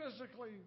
Physically